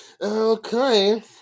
Okay